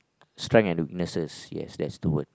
strength and weaknesses yes that's the word